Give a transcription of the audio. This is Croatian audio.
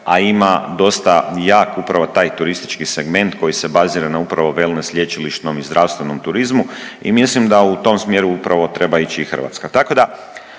a ima dosta jak upravo taj turistički segment koji se bazira na upravo wellness, lječilišnom i zdravstvenom turizmu i mislim da u tom smjeru upravo treba ići i Hrvatska.